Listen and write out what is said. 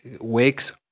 wakes